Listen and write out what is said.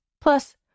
Plus